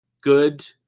good